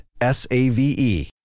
S-A-V-E